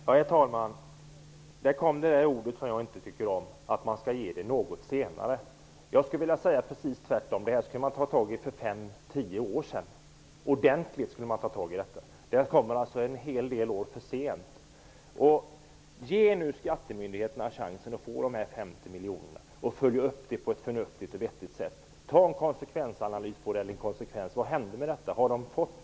Herr talman! Nu kom några ord som jag inte tycker om: något senare. Jag skulle vilja säga precis tvärtom. Man skulle nämligen redan för fem tio år sedan ordentligt ha tagit tag i detta. Föreslagna åtgärder kommer alltså en hel del år för sent. Ge nu skattemyndigheterna chansen att få de här 50 miljonerna, och följ upp det hela på ett förnuftigt sätt! Gör en konsekvensanalys för att se vad som hänt, för att se vad man har fått!